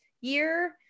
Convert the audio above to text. year